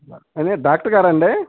అదే డాక్టర్ గారాండి